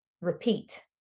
repeat